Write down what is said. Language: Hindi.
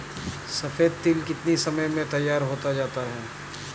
सफेद तिल कितनी समय में तैयार होता जाता है?